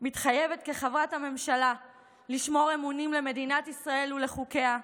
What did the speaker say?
מתחייבת כחברת הממשלה לשמור אמונים למדינת ישראל ולחוקיה,